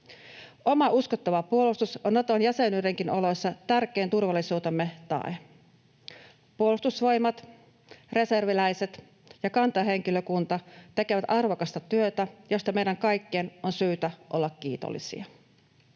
Oma uskottava puolustus on Nato-jäsenyydenkin oloissa tärkein turvallisuutemme tae. Puolustusvoimat, reserviläiset ja kantahenkilökunta tekevät arvokasta työtä, josta meidän kaikkien on syytä olla kiitollisia.